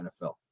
NFL